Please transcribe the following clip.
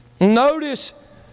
Notice